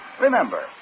Remember